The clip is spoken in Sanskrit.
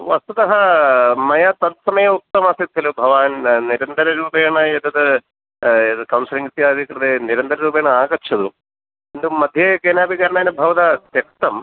वस्तुतः मया तत्समये उक्तमासीत् खलु भवान् निरन्तररूपेण एतद् कौन्सेलिङ्ग् इत्यादीनां कृते निरन्तररूपेण आगच्छतु किन्तु मध्ये केनापि कारणेन भवता त्यक्तम्